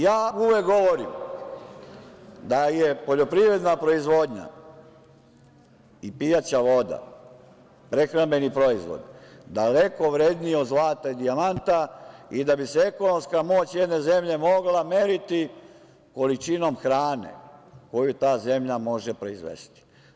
Ja uvek govorim da su poljoprivredna proizvodnja i pijaća voda prehrambeni proizvod daleko vredniji od zlata i dijamanta i da bi se ekonomska moć jedne zemlje mogla meriti količinom hrane koju ta zemlja može proizvesti.